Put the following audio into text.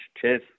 Cheers